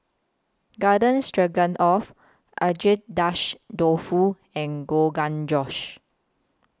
Garden Stroganoff Agedashi Dofu and Rogan Josh